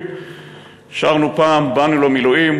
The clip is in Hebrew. שרנו פעם: "באנו למילואים,